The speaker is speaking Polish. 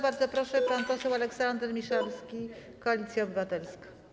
Bardzo proszę, pan poseł Aleksander Miszalski, Koalicja Obywatelska.